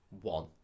one